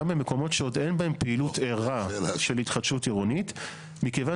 במקומות שעוד אין בהם פעילות ערה של התחדשות עירונית מכיוון